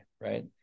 right